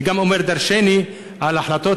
זה גם אומר דורשני, על ההחלטות